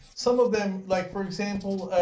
some of them, like for example,